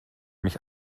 mich